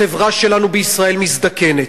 החברה שלנו בישראל מזדקנת,